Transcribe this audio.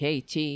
KT